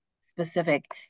specific